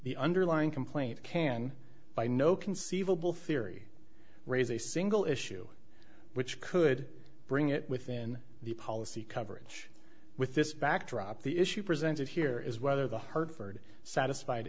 the underlying complaint can by no conceivable theory raise a single issue which could bring it within the policy coverage with this backdrop the issue presented here is whether the hertford satisfied